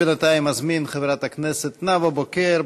אני בינתיים אזמין את חברת הכנסת נאוה בוקר.